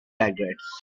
regrets